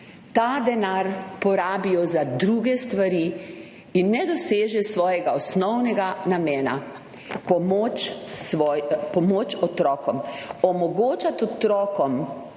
ta denar porabijo za druge stvari in ne doseže svojega osnovnega namena – pomoč otrokom.